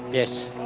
yes.